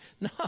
No